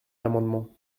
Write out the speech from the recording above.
l’amendement